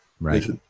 Right